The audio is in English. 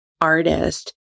artist